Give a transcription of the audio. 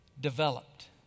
developed